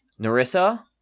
Narissa